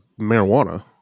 marijuana